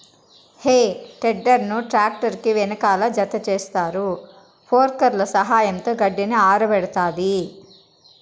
హే tedder ను tractor కి వెనకాల జతచేస్తారు, ఫోర్క్ల సహాయంతో గడ్డిని ఆరబెడతాది